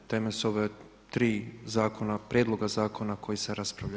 Teme su ova tri zakona, prijedloga zakona koji se raspravljaju.